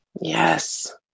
Yes